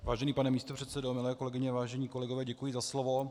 Vážený pane místopředsedo, milé kolegyně, vážení kolegové, děkuji za slovo.